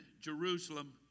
Jerusalem